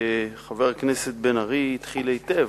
חבר הכנסת בן-ארי התחיל היטב,